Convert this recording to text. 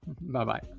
Bye-bye